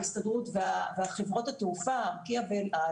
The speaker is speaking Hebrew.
ההסתדרות וחברות התעופה ארקיע ואל על